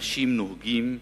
אנשים נוהגים